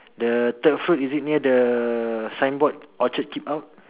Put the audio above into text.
the third fruit is it near the signboard orchard keep out